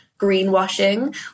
greenwashing